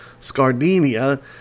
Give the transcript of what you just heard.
Scardinia